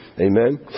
Amen